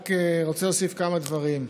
רק רוצה להוסיף כמה דברים.